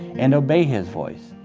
and obey his voice,